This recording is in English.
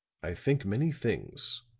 i think many things,